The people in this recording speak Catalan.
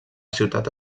ciutat